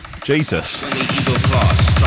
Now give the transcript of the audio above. jesus